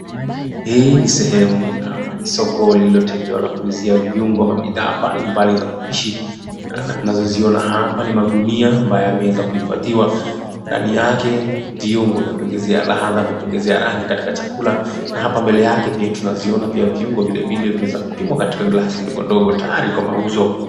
Hii ni sehemu ama ni soko lililotegewa kwa kuuzia viungo ama bidhaa mbali mbali za mapishi, na tunazoziona hapa ni magunia ambayo yameweza kuhifadhiwa ndani yake viungo vya kuongezea ladha, vyakuongezea rangi kwenye chakula, na hapa mbele yake pia tunaziona viungo vingine vimewezwa kupimwa kwenye glasi ndogo ndogo tayari kwa mauzo.